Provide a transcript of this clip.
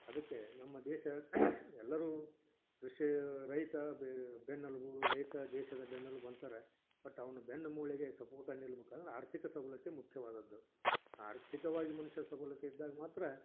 ಅದಕ್ಕೆ ನಮ್ಮ ದೇಶ ಎಲ್ಲರೂ ಕೃಷಿ ರೈತ ಬೆನ್ನೆಲುಬು ರೈತ ದೇಶದ ಬೆನ್ನೆಲುಬು ಅಂತಾರೆ ಬಟ್ ಅವ್ನ ಬೆನ್ನು ಮೂಳೆಗೆ ಸಪೋರ್ಟಾಗಿ ನಿಲ್ಬೇಕಂದ್ರ್ ಆರ್ಥಿಕ ಸಬಲತೆ ಮುಖ್ಯವಾದದ್ದು ಆರ್ಥಿಕವಾಗಿ ಮನುಷ್ಯ ಸಬಲತೆ ಇದ್ದಾಗ ಮಾತ್ರ